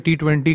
T20